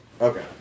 Okay